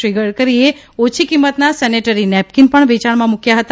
શ્રી ગડકરીએ ઓછી કિંમતના સેનીટરી નેપ્કીન પણ વેયાણમાં મૂક્યા હતા